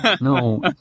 No